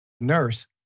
Nurse